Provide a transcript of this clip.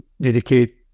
dedicate